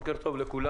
בוקר טוב לכולם.